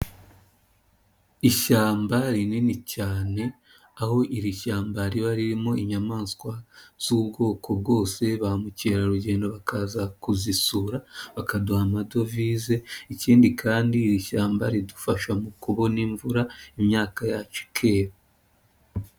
Ishyamba rinini cyane aho iri shyamba riba ririmo inyamaswa z'ubwoko bwose, ba mukerarugendo bakaza kuzisura bakaduha amadovize, ikindi kandi iri shyamba ridufasha mu kubona imvura imyaka yacu ikera.